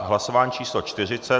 Hlasování číslo 40.